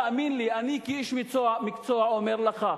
תאמין לי, אני כאיש מקצוע אומר לך: